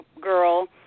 girl